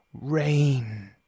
Rain